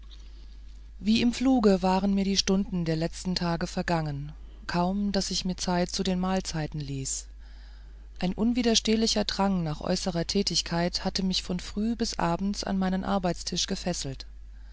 wie im fluge waren mir die stunden der letzten tage vergangen kaum daß ich mir zeit zu den mahlzeiten ließ ein unwiderstehlicher drang nach äußerer tätigkeit hatte mich von früh bis abends an meinen arbeitstisch gefesselt